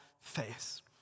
face